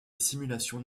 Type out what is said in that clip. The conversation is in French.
simulations